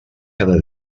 cada